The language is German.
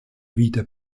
wieder